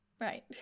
Right